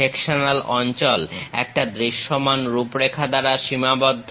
sectional অঞ্চল একটা দৃশ্যমান রূপরেখা দ্বারা সীমাবদ্ধ